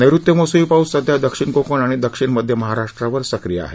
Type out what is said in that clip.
नैऋत्य मोसमी पाऊस सध्या दक्षिण कोकण आणि दक्षिण मध्य महाराष्ट्रावर सक्रिय आहे